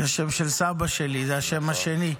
זה השם של סבא שלי, זה השם השני.